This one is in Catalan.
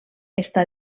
està